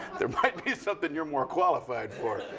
there might be something you're more qualified for.